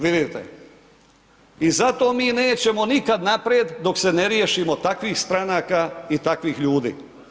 Vidite, i zato mi nećemo nikad naprijed dok se ne riješimo takvih stranaka i takvih ljudi.